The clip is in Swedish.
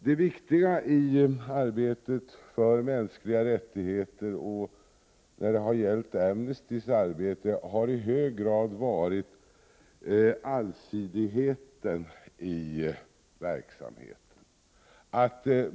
Det viktiga för Amnesty Internationals arbete för mänskliga rättigheter har i hög grad varit allsidigheten i verksamheten.